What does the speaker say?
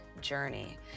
journey